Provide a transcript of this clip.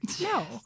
no